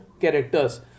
characters